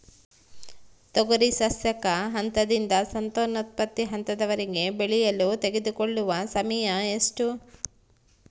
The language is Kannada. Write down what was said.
ತೊಗರಿ ಸಸ್ಯಕ ಹಂತದಿಂದ ಸಂತಾನೋತ್ಪತ್ತಿ ಹಂತದವರೆಗೆ ಬೆಳೆಯಲು ತೆಗೆದುಕೊಳ್ಳುವ ಸಮಯ ಎಷ್ಟು?